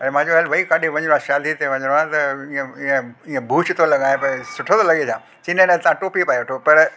ऐं मां चयो हल भाई किथे वञिणो आहे शादीअ ते वञिणो आहे त ईअं ईअं भूत थो लॻां पियो सुठो थो लॻे छा चवंदी आहे न तां टोपी पाए वठो पर